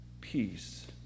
peace